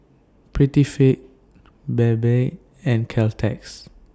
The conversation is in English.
Prettyfit Bebe and Caltex